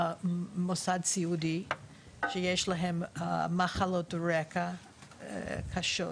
במוסד סיעודי שיש להם מחלות רקע קשות,